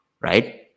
right